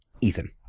Ethan